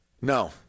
No